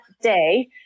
day